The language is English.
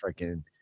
freaking